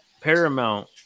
Paramount